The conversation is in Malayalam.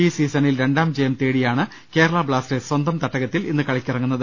ഈ സീസണിൽ രണ്ടാം ജയം തേടിയാണ് കേരള ബ്ലാസ്റ്റേഴ്സ് സ്വന്തം തട്ടകത്തിൽ ഇന്ന് കളിക്കിറങ്ങുന്നത്